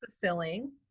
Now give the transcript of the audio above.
fulfilling